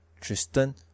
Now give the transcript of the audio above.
tristan